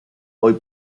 hoy